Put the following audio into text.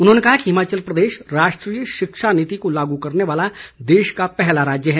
उन्होंने कहा कि हिमाचल प्रदेश राष्ट्रीय शिक्षा नीति को लागू करने वाला देश का पहला राज्य है